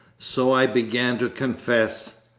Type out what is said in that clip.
so i began to confess.